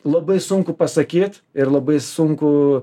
labai sunku pasakyt ir labai sunku